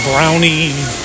Brownie